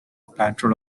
patrol